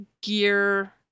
gear